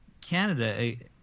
Canada